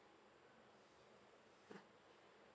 mm